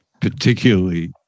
particularly